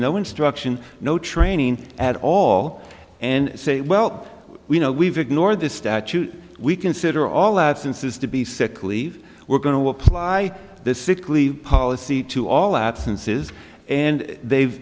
no instruction no training at all and say well we know we've ignored this statute we consider all absences to be sickleave we're going to apply this sick leave policy to all absences and they've